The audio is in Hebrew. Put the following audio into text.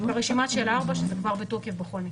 ברשימות של הארבע, שזה כבר בתוקף בכל מקרה.